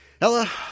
Ella